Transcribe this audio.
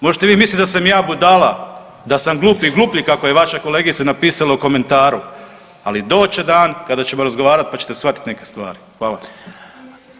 Možete vi mislit da sam ja budala, da sam glup i gluplji kako je vaša kolegica napisala u komentaru, ali doći će dan kad ćemo razgovarat, pa ćete shvatit neke stvari.